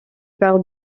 parle